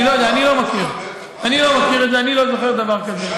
אני לא יודע, אני לא זוכר דבר כזה.